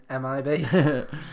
MIB